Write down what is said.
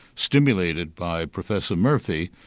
stimulated by professor murphy,